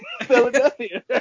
Philadelphia